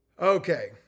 Okay